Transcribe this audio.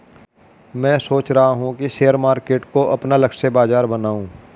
मैं सोच रहा हूँ कि शेयर मार्केट को अपना लक्ष्य बाजार बनाऊँ